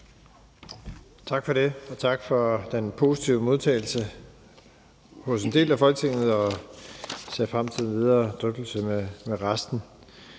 Tak for det, og tak for den positive modtagelse hos en del af Folketinget. Jeg ser frem til den videre drøftelse